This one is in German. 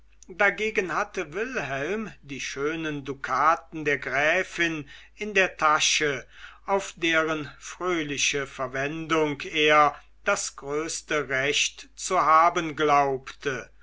dagegen hatte wilhelm die schönen dukaten der gräfin in der tasche auf deren fröhliche verwendung er das größte recht zu haben glaubte